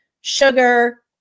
sugar